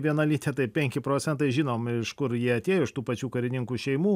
vienalytė tai penki procentai žinom iš kur jie atėjo iš tų pačių karininkų šeimų